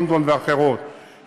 לונדון ואחרות,